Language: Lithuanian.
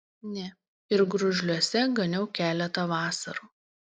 ne ir gružliuose ganiau keletą vasarų